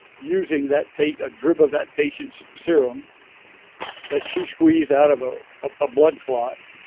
using that pa a drip of that patient's serum that she squeezed out of a a blood clot,